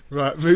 right